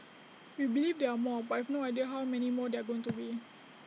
we believe there are more but I have no idea how many more there are going to be